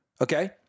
Okay